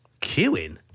queuing